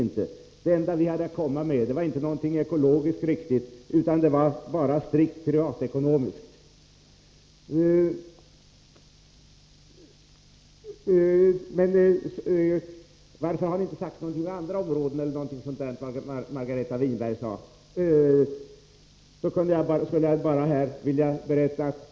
Vad vi hade att komma med var inte ekologiskt riktigt utan tjänade bara strikt privatekonomiska syften. Margareta Winberg frågade varför vi inte hade satt in åtgärder på andra områden.